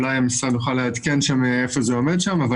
אולי המשרד יוכל לעדכן איפה זה עומד שם אבל